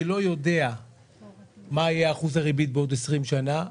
אני לא יודע מה יהיה אחוז הריבית בעוד 20 שנה,